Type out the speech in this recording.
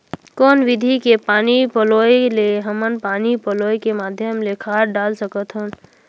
कौन विधि के पानी पलोय ले हमन पानी पलोय के माध्यम ले खाद डाल सकत हन?